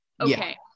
Okay